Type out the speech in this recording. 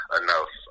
enough